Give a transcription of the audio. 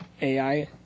ai